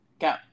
Go